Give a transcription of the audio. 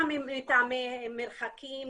גם מטעמי מרחקים,